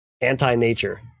anti-nature